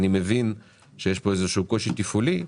אני מבין שיש פה איזה שהוא קושי תפעולי,